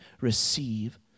receive